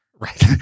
right